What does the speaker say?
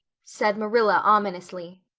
said marilla ominously,